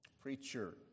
preacher